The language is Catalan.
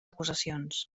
acusacions